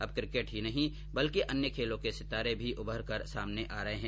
अब किकेट के ही नहीं बल्कि अन्य खेलों के सितारे भी उभरकर सामने आ रहे हैं